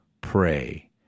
pray